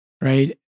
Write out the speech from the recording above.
Right